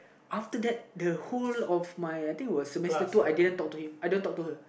after that the whole of my I think was Semester two I didn't talk to him I didn't talk to her